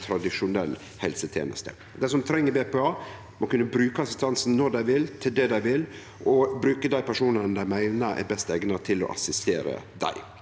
tradisjonell helseteneste. Dei som treng BPA, må kunne bruke assistansen når dei vil, til det dei vil, og bruke dei personane dei meiner er best eigna til å assistere dei.